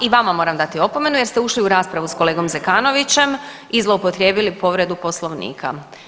I vama moram dati opomenu jer ste ušli u raspravu s kolegom Zekanovićem i zloupotrijebili povredu Poslovnika.